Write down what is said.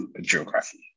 geography